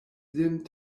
lin